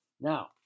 Now